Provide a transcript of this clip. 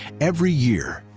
every year,